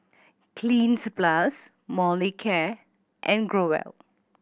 Cleanz Plus Molicare and Growell